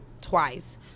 twice